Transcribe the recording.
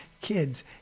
Kids